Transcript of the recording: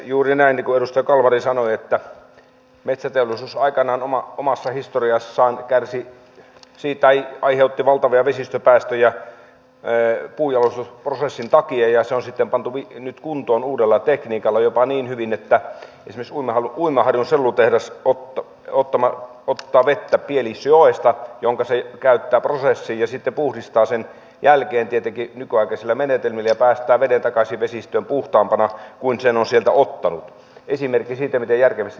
juuri näin niin kuin edustaja kalmari sanoi että metsäteollisuus aikanaan omassa historiassaan aiheutti valtavia vesistöpäästöjä puunjalostusprosessin takia ja se on sitten pantu nyt kuntoon uudella tekniikalla jopa niin hyvin että esimerkiksi uimaharjun sellutehdas ottaa pielisjoesta vettä jonka se käyttää prosessiin ja puhdistaa sen jälkeen tietenkin nykyaikaisilla menetelmillä ja päästää veden takaisin vesistöön puhtaampana kuin sen on sieltä ottanut esimerkki siitä miten järkevästi toimintaan